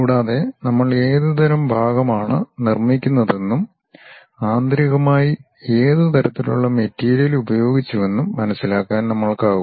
കൂടാതെ നമ്മൾ ഏതുതരം ഭാഗമാണ് നിർമ്മിക്കുന്നതെന്നും ആന്തരികമായി ഏത് തരത്തിലുള്ള മെറ്റീരിയൽ ഉപയോഗിച്ചുവെന്നും മനസിലാക്കാൻ നമ്മൾക്കാകും